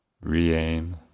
re-aim